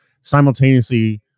simultaneously